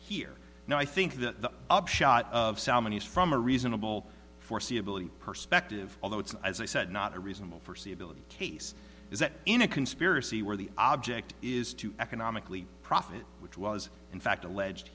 here now i think that the upshot of salmon is from a reasonable foreseeability perspective although it's as i said not a reasonable for civility case is that in a conspiracy where the object is to economically profit which was in fact alleged